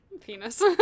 penis